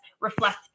reflect